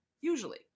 usually